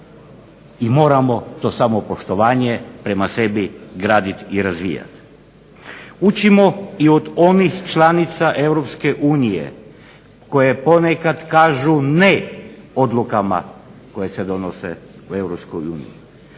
i moramo to samopoštovanje prema sebi graditi i razvijati. Učimo i od onih članica EU koje ponekad kažu ne odlukama koje se donose u EU.